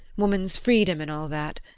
woman's freedom and all that.